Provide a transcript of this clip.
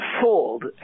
sold